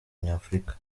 nyafurika